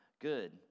Good